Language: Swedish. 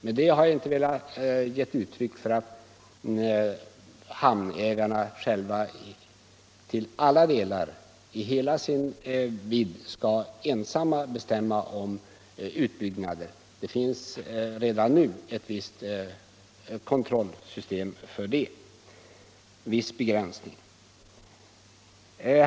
Därmed har jag inte velat säga att hamnägarna själva ensamma och till alla delar skall bestämma om utbyggnad. Det finns redan nu en viss begränsning.